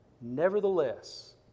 Nevertheless